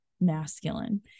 masculine